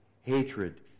hatred